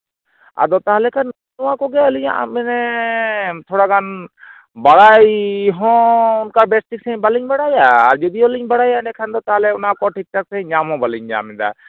ᱟᱫᱚ ᱛᱟᱦᱞᱮ ᱠᱷᱟᱱ ᱱᱚᱣᱟ ᱠᱚᱜᱮ ᱟᱹᱞᱤᱧᱟᱜ ᱢᱟᱱᱮ ᱛᱷᱚᱲᱟ ᱜᱟᱱ ᱵᱟᱲᱟᱭ ᱦᱚᱸ ᱚᱱᱠᱟ ᱵᱮᱥ ᱴᱷᱤᱠ ᱥᱟᱺᱦᱤᱡ ᱵᱟᱹᱞᱤᱧ ᱵᱟᱲᱟᱭᱟ ᱟᱨ ᱡᱩᱫᱤᱭᱳᱞᱤᱧ ᱵᱟᱲᱟᱭᱟ ᱮᱸᱰᱮᱠᱷᱟᱱ ᱫᱚ ᱛᱟᱦᱞᱮ ᱚᱱᱟ ᱠᱚ ᱴᱷᱤᱠᱼᱴᱷᱟᱠ ᱥᱟᱺᱦᱤᱡ ᱧᱟᱢ ᱦᱚᱸ ᱵᱟᱹᱞᱤᱧ ᱧᱟᱢ ᱫᱟ